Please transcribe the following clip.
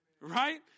right